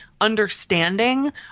understanding